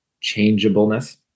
changeableness